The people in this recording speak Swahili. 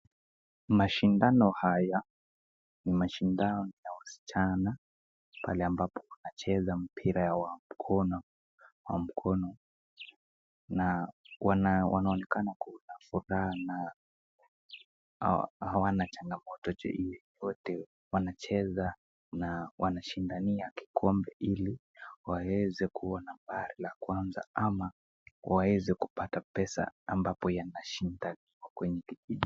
Mashindano haya ni mashindano ya wasichana , pale ambapo wanacheza mpira wa mkono na wanaonekana kuwa na furaha na hawana changamoto yoyote na wanacheza na wanashindania kikombe ili waweze kua nambari la kwanza ama waeze kupata pwsa ambapo yanashinda kwenye mchezo mchezo hili.